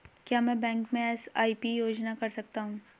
क्या मैं बैंक में एस.आई.पी योजना कर सकता हूँ?